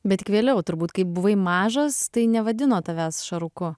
bet tik vėliau turbūt kai buvai mažas tai nevadino tavęs šaruku